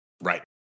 Right